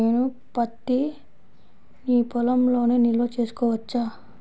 నేను పత్తి నీ పొలంలోనే నిల్వ చేసుకోవచ్చా?